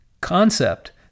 concept